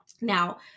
Now